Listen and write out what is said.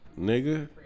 Nigga